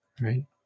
Right